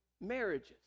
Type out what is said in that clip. marriages